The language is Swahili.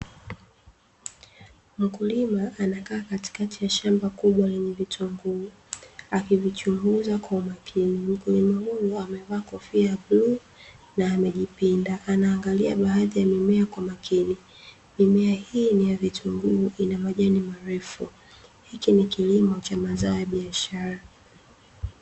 Mkulima anakaa katikati ya shamba kubwa lenye vitunguu, akivichunguza kwa umakini. Mkulima huyu amevaa kofia ya bluu na amejipinda. Anaangalia baadhi ya mimea kwa umakini . Mimea hii ni ya vitunguu ina majani marefu. Hiki ni kilimo cha mazao ya biashara.